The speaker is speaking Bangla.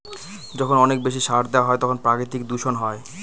যখন অনেক বেশি সার দেওয়া হয় তখন প্রাকৃতিক দূষণ হয়